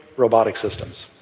robotic systems.